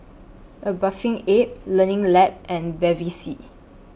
A Bathing Ape Learning Lab and Bevy C